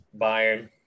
Bayern